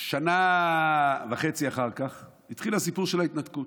שנה וחצי אחר כך התחיל הסיפור של ההתנתקות,